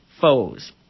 foes